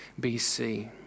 BC